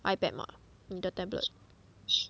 ipad mah 你的 tablet